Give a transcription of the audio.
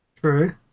True